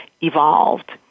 evolved